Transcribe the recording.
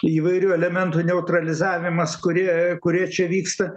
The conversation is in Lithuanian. įvairių elementų neutralizavimas kurie kurie čia vyksta